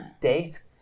date